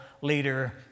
leader